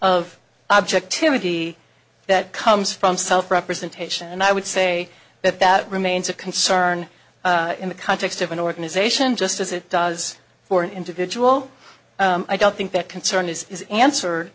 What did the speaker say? of objectivity that comes from self representation and i would say that that remains a concern in the context of an organization just as it does for an individual i don't think that concern is answered